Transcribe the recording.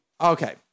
Okay